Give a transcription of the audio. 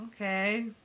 Okay